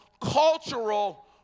cultural